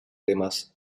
temas